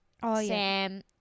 Sam